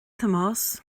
tomás